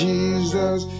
Jesus